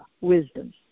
wisdom